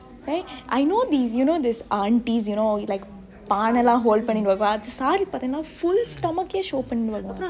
right I know these you know this aunties you know like பானைலா:paanelaa hold பன்னிட்டு வருவா சாரி பாத்தினா:pannitu varuvaa saari paathina full stomach கே:ke show பன்னிட்டு வரு:panitu varu